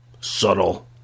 Subtle